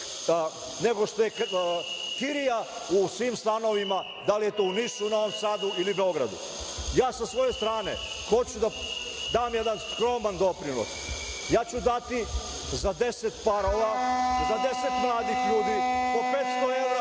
nego što je kirija u svim stanovima, da li je to u Nišu, u Novom Sadu ili u Beogradu. Ja sa svoje strane hoću da dam jedan skroman doprinos. Ja ću dati za deset mladih ljudi po 500 evra